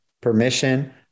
permission